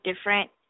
different